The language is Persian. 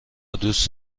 دوست